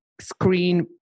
screen